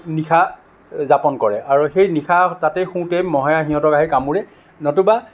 নিশা যাপন কৰে আৰু সেই নিশা তাতে শোওঁতে মহে সিহঁতক আহি কামোৰে নতুবা